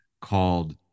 called